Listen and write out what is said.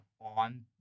on